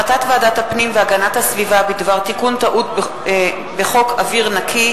החלטת ועדת הפנים והגנת הסביבה בדבר תיקון טעות בחוק אוויר נקי,